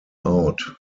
out